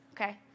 okay